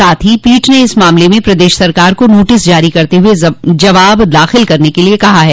साथ ही पीठ ने इस मामले में प्रदेश सरकार को नाटिस जारी करते हुए जवाब दाखिल करने के लिये कहा है